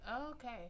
Okay